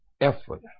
effort